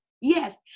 yes